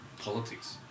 politics